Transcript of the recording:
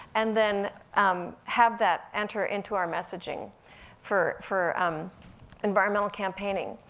and then um have that enter into our messaging for for um environmental campaigning.